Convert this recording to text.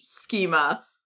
schema